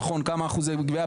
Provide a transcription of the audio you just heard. כמה אחוזי גבייה?